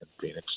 Phoenix